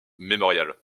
memorial